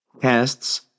Tests